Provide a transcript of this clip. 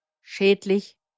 schädlich